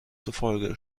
zufolge